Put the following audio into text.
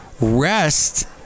rest